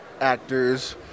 Actors